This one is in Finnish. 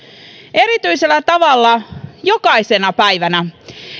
erityisellä tavalla jokaisena päivänä